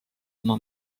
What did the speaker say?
oma